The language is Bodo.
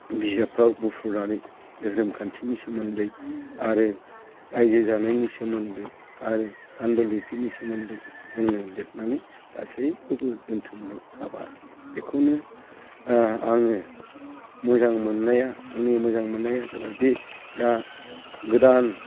बिजाबफोराव बुफ्रुनानै धोरोम खान्थिनि सोमोन्दै आरो राइजो जानायनि सोमोन्दै आरो पान्दुलिपिनि सोमोन्दै जोङो लिरनानै गासैखौबो दोनथुमनो हाबाय बेखौनो आङो मोजां मोननाया आंनि मोजां मोननाया जाबायदि दा गोदान